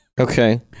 Okay